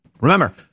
Remember